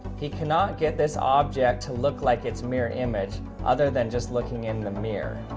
he cannot get this object to look like it's mirror image other than just looking in the mirror.